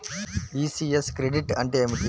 ECS credit అంటే ఏమిటి?